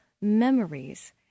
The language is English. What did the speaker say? memories